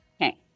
Okay